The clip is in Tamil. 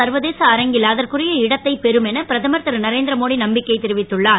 சர்வதேச அரங்கில் அதற்குரிய இடத்தைப் பெறும் என பிரதமர் திருநரேந்திர மோடி நம்பிக்கை தெரிவித்துள்ளார்